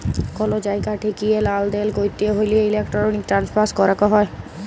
call জায়গা ঠেকিয়ে লালদেল ক্যরতে হ্যলে ইলেক্ট্রনিক ট্রান্সফার ক্যরাক হ্যয়